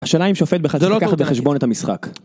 השאלה אם שופט הכלל צריך לקחת בחשבון את המשחק